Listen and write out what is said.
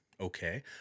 okay